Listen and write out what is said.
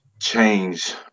change